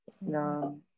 no